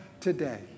today